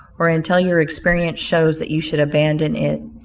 or until your experience shows that you should abandon it.